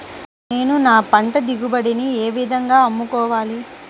నేను నా పంట దిగుబడిని ఏ విధంగా అమ్ముకోవాలి?